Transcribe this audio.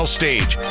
stage